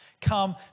come